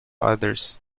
others